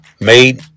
made